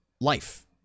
life